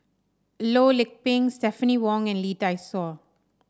Loh Lik Peng Stephanie Wong and Lee Dai Soh